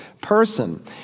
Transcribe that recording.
person